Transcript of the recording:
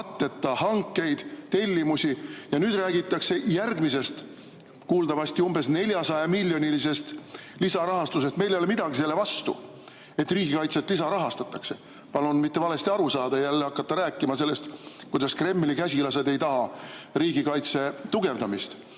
katteta hankeid, tellimusi. Ja nüüd räägitakse järgmisest, kuuldavasti umbes 400‑miljonilisest lisarahastusest. Meil ei ole midagi selle vastu, et riigikaitset lisarahastatakse – palun mitte valesti aru saada ja jälle hakata rääkima sellest, kuidas Kremli käsilased ei taha riigikaitse tugevdamist,